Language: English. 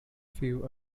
few